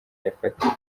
yafatiwe